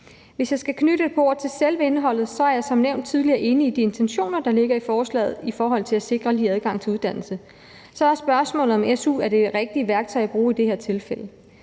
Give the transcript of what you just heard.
Hvis jeg skal knytte et par ord til selve indholdet, er jeg som nævnt tidligere enig i de intentioner, der ligger i forslaget, i forhold til at sikre lige adgang til uddannelse. Så er spørgsmålet, om su er det rigtige værktøj at bruge i det her tilfælde.